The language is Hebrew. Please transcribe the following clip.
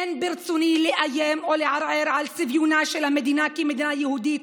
אין ברצוני לאיים או לערער על צביונה של המדינה כמדינה יהודית,